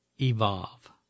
evolve